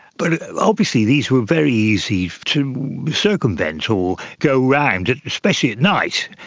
but obviously these were very easy to circumvent or go around, especially at night.